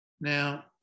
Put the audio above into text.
Now